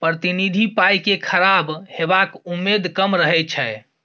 प्रतिनिधि पाइ केँ खराब हेबाक उम्मेद कम रहै छै